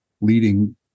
leading